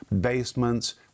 basements